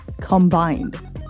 combined